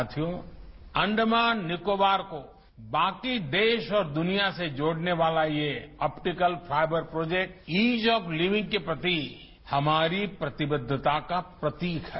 साथियों अंडमान निकोबार को बाकी देश और दुनिया से जोड़ने वाला ये optical fibre project ease of living के प्रति हमारी प्रतिबद्धता का प्रतीक है